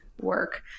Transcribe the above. work